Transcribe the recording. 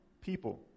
people